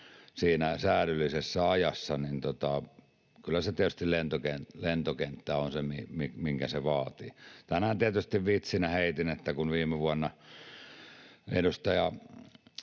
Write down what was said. siinä säädyllisessä ajassa, niin kyllä tietysti lentokenttä on se, minkä se vaatii. Tämänhän tietysti vitsinä heitin, että kun edustaja